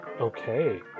Okay